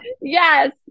yes